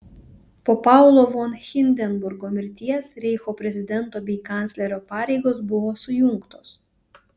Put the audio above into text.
po paulo von hindenburgo mirties reicho prezidento bei kanclerio pareigos buvo sujungtos